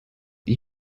die